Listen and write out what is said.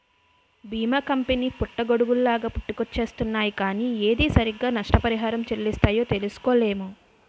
బీమా కంపెనీ పుట్టగొడుగుల్లాగా పుట్టుకొచ్చేస్తున్నాయ్ కానీ ఏది సరిగ్గా నష్టపరిహారం చెల్లిస్తాయో తెలుసుకోలేము